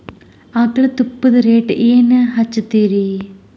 ಆಕಳ ತುಪ್ಪದ ರೇಟ್ ಏನ ಹಚ್ಚತೀರಿ?